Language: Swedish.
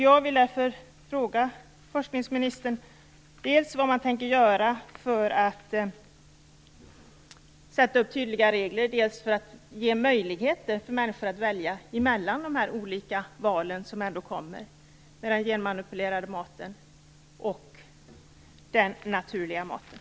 Jag vill därför fråga forskningsministern vad man tänker göra för att dels skapa tydliga regler, dels för att ge möjligheter för människor att välja mellan den genmanipulerade maten och den naturliga maten.